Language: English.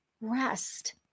rest